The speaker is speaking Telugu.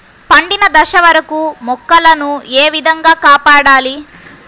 పండిన దశ వరకు మొక్కల ను ఏ విధంగా కాపాడాలి?